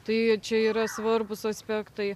tai čia yra svarbūs aspektai